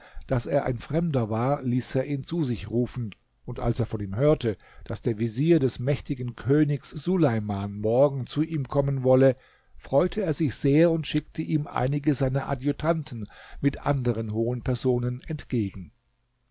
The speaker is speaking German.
daß er ein fremder war ließ er ihn zu sich rufen und als er von ihm hörte daß der vezier des mächtigen königs suleiman morgen zu ihm kommen wolle freute er sich sehr und schickte ihm einige seiner adjutanten mit anderen hohen personen entgegen